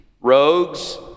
rogues